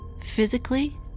physically